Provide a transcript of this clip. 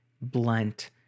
blunt